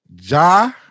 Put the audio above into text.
ja